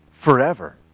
forever